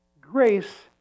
Grace